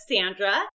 Sandra